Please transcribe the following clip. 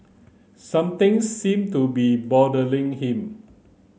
something seem to be bothering him